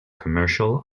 commercial